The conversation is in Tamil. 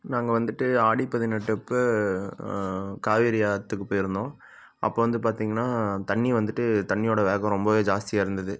நாங்கள் வந்துட்டு ஆடிப் பதினெட்டுப்ப காவேரி ஆற்றுக்குப் போயிருந்தோம் அப்போ வந்து பார்த்தீங்கனா தண்ணி வந்துட்டு தண்ணியோடய வேகம் ரொம்பவே ஜாஸ்தியாக இருந்தது